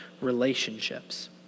relationships